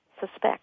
suspect